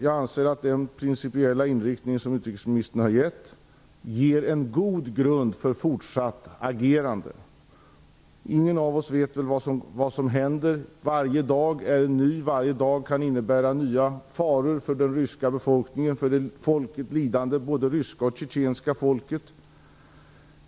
Jag anser att den principiella inriktning som utrikesministern har gett ger en god grund för fortsatt agerande. Ingen av oss vet vad som händer. Varje dag är ny; varje dag kan innebära nya faror för den ryska befolkningen, för folkets lidande, både det ryska och det tjetjenska folket.